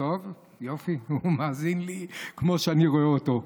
טוב, יופי, הוא מאזין לי כמו שאני רואה אותו,